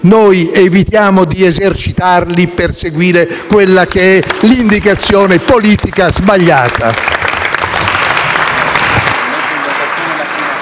noi evitiamo di esercitarli per seguire un'indicazione politica sbagliata.